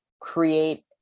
create